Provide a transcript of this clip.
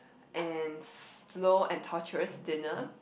and slow and torturous dinner